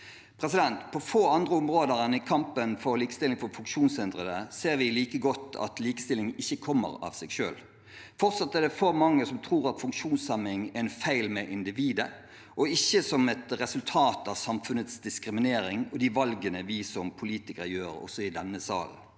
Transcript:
seg selv.» På få andre områder enn i kampen for likestilling for funksjonshindrede ser vi like godt at likestilling ikke kommer av seg selv. Fortsatt er det for mange som tror at funksjonshemming er en feil med individet og ikke et resultat av samfunnets diskriminering og de valgene vi som politikere gjør, også i denne sal.